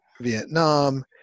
Vietnam